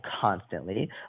constantly